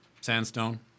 sandstone